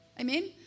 Amen